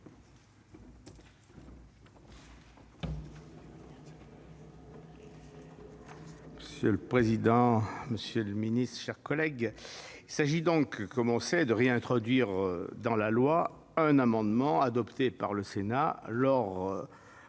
Monsieur le président, monsieur le secrétaire d'État, chers collègues, il s'agit, comme on le sait, de réintroduire dans la loi un amendement adopté par le Sénat lors